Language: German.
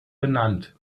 benannt